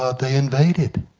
ah they invaded.